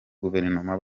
guverinoma